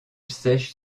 sèche